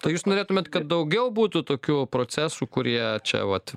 tai jūs norėtumėt kad daugiau būtų tokių procesų kurie čia vat